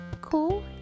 cool